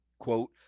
Quote